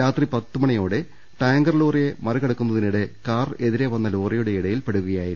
രാത്രി പത്തുമണി യോടെ ടാങ്കർ ലോറിയെ മറികടക്കുന്നതിനിടെ കാർ എതിരെവന്ന ലോറിയുടെ ഇടയിൽ പെടുകയായിരുന്നു